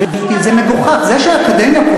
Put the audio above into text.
תפנה לאקדמיה.